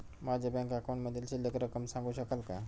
माझ्या बँक अकाउंटमधील शिल्लक रक्कम सांगू शकाल का?